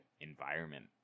Environment